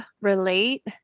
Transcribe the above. Relate